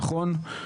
נכון?